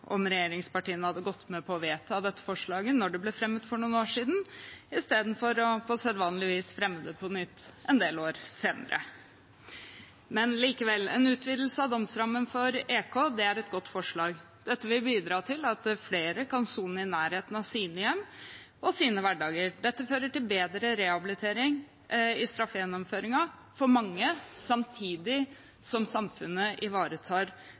om regjeringspartiene hadde gått med på å vedta dette forslaget da det ble fremmet for noen år siden, i stedet for på sedvanlig vis å fremme det på nytt en del år senere. Likevel, en utvidelse av domsrammen for EK, elektronisk kontroll, er et godt forslag. Dette vil bidra til at flere kan sone i nærheten av sine hjem og sin hverdag. Dette fører til bedre rehabilitering i straffegjennomføringen for mange, samtidig som samfunnet ivaretar